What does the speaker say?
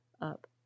up